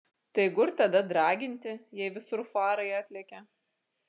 tai kur tada draginti jei visur farai atlekia